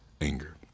anger